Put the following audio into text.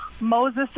Moses